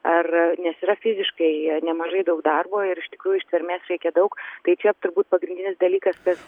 ar nes yra fiziškai nemažai daug darbo ir iš tikrųjų ištvermės reikia daug tai čia turbūt pagrindinis dalykas kas